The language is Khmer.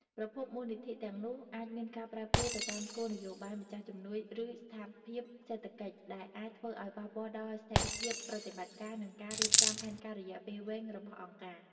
ប្រភពមូលនិធិទាំងនោះ អាចមានការប្រែប្រួលទៅតាមគោលនយោបាយម្ចាស់ជំនួយឬស្ថានភាពសេដ្ឋកិច្ច ដែលអាចធ្វើឲ្យប៉ះពាល់ដល់ស្ថិរភាពប្រតិបត្តិការ និងការរៀបចំផែនការរយៈពេលវែងរបស់អង្គការ។